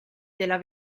della